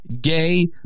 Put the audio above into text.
gay